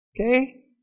Okay